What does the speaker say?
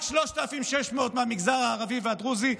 רק 3,600 מהמגזר הערבי והדרוזי,